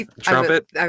trumpet